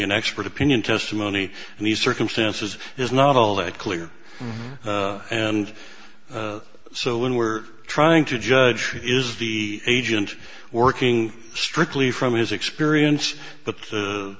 and expert opinion testimony and the circumstances is not all that clear and so when we're trying to judge is the agent working strictly from his experience but